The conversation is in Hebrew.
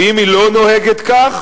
ואם היא לא נוהגת כך,